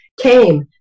came